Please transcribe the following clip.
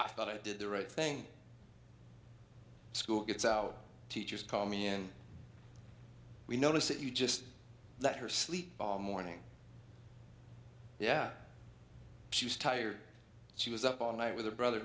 i thought i did the right thing school gets out teachers call me and we notice that you just let her sleep all morning yeah she was tired she was up all night with her brother